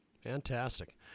Fantastic